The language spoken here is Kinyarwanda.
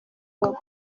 hop